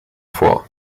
vor